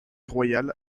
royal